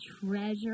treasure